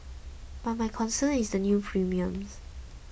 but my concern is the new premiums